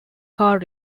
car